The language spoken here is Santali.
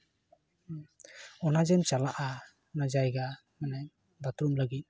ᱚᱱᱟᱡᱮᱢ ᱪᱟᱞᱟᱜᱼᱟ ᱚᱱᱟ ᱡᱟᱭᱜᱟ ᱢᱟᱱᱮ ᱵᱟᱛᱨᱩᱢ ᱞᱟᱹᱜᱤᱫ